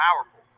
powerful